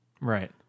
Right